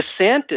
DeSantis